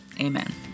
Amen